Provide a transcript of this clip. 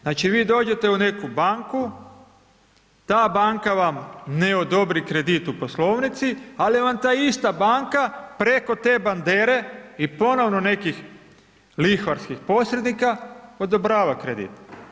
Znači vi dođete u neku banku, ta banka vam ne odobri kredit u poslovnici, ali vam ta ista banka, preko te bandere i ponovno nekih lihvarskih posrednika odobrava kredit.